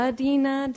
Adina